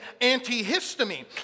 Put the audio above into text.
antihistamine